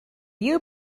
you